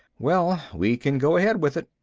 well, we can go ahead with it.